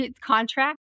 contract